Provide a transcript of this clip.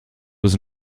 was